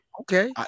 Okay